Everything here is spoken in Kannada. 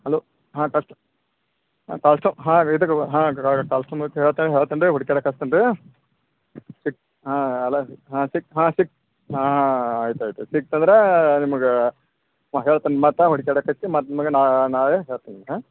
ಹಲೊ ಹಾಂ ಕಳ್ಸ್ತೆ ಹಾಂ ಕಳ್ಸ್ತೆವೆ ಹಾಂ ಹುಡಿಕಾಡಕಸ್ತನೆ ರೀ ಸಿಕ್ತ ಹಾಂ ಅಲ್ಲಾ ಹಾಂ ಸಿಕ್ತ ಹಾಂ ಸಿಕ್ತ ಹಾಂ ಆಯ್ತು ಆಯ್ತು ಸಿಕ್ತ ಅಂದ್ರ ನಿಮಗೆ ಹೇಳ್ತೇನೆ ಮತ್ತು ಒಂದು ಕಡೆ ಮತ್ತು ನಿಮಗೆ ನಾಳೆ ಹೇಳ್ತೀನಿ ಹಾಂ